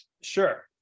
Sure